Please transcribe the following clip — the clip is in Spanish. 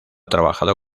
trabajado